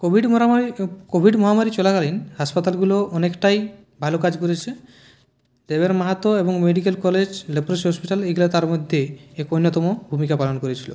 Covid মরামারি Covid মহামারী চলাকালীন হাসপাতালগুলো অনেকটাই ভালো কাজ করেছে দেবেন মাহাতো এবং মেডিকেল কলেজ লেপ্রোসি হসপিটাল এইগুলো তার মধ্যে এক অন্যতম ভূমিকা পালন করেছিল